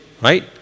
right